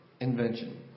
invention